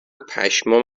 پشمام